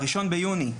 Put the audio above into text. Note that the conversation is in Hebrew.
בראשון ביוני,